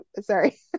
sorry